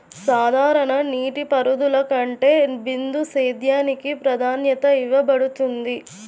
సాధారణ నీటిపారుదల కంటే బిందు సేద్యానికి ప్రాధాన్యత ఇవ్వబడుతుంది